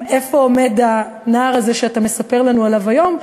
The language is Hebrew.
איפה עומד הנער הזה שאתה מספר לנו עליו היום?